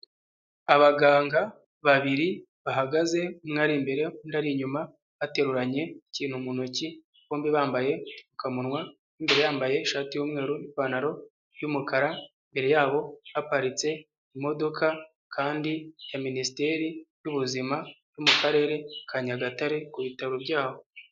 Abaganga babiri bahagaze, umwe ari imbere undi ari inyuma, bateruranye ikintu mu ntoki, bombi bambaye agapfukamunwa, uw'imbere yambaye ishati y'umweru nipantaro y'umukara, imbere yabo haparitse imodoka ya minisiteri y'ubuzima yo mu karere ka nyagatare ku bitaro byaho.